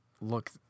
look